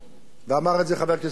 ואמר את זה חבר הכנסת פרץ,